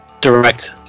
direct